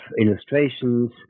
illustrations